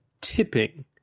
tipping